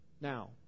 now